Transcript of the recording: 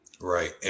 Right